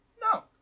No